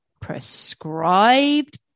prescribed